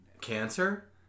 cancer